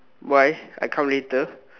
why I come later